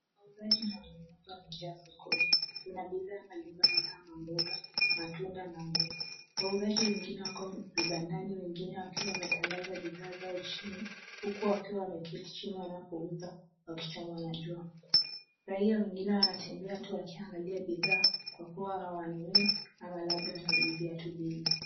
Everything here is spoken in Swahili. Wauzaji wanauza bidhaa sokoni. Kuna bidhaa mbalimbali kama mboga, matunda na nguo. Wauzaji wengine wako vibandani wengine wakiwa wametandaza bidhaa zao chini huku wakiwa wameketi chini wanapouza wakichomwa na jua. Raia wengine wanatembea tu wakiangalia bidhaa kwa kuwa hawanunui ama labda wanaulizia tu bei.